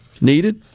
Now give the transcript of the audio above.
needed